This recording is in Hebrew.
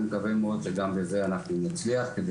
אני מקווה מאוד שגם בזה אנחנו נצליח כדי